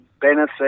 benefit